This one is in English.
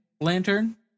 Lantern